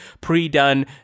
pre-done